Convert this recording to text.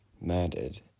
murdered